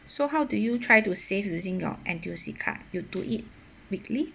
so how do you try to save using your N_T_U_C card you do it weekly